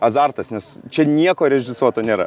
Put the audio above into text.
azartas nes čia nieko režisuoto nėra